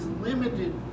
limited